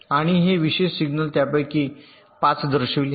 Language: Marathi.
आणि हे विशेष सिग्नल त्यापैकी 5 दर्शविले आहेत